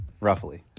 roughly